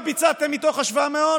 כמה ביצעתם מתוך ה-700?